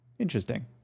Interesting